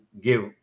give